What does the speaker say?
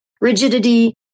rigidity